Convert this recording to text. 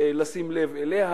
לשים לב אליה,